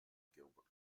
gilbert